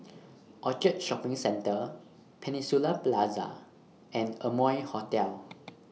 Orchard Shopping Centre Peninsula Plaza and Amoy Hotel